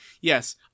yes